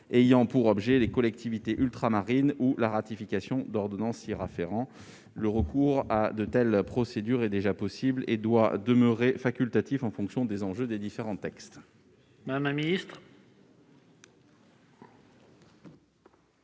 ayant pour objet les collectivités ultramarines ou la ratification d'ordonnances y afférentes. Le recours à de telles procédures est déjà possible et doit demeurer facultatif en fonction des enjeux des différents textes. Quel est